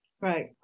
right